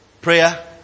prayer